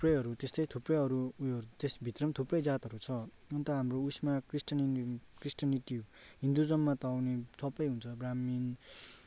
थुप्रैहरू त्यस्तै थुप्रै अरू उयो त्यसभित्र पनि थुप्रै जातहरू छ अन्त हाम्रो उसमा क्रिस्टिनिनी क्रिस्टिनिटी हिन्दुज्ममा त आउने सबै हुन्छ ब्राह्मण